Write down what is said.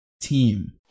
team